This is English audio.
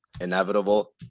inevitable